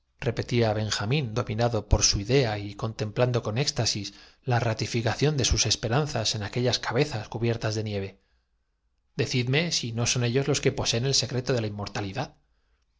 blesrepetía benjamín dominado por su idea y con que él llama la corrupción de los hombres templando con éxtasis la ratificación de sus esperanzas i qué interrumpieron los circunstantes presin en aquellas cabezas cubiertas de nieve decidme si tiendo algún desengaño no son ellos los que poseen el secreto de la